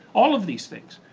all of these things.